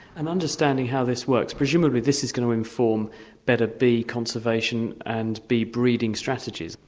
i'm understanding how this works. presumably this is going to inform better bee conservation and bee breeding strategies.